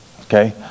okay